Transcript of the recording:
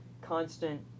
constant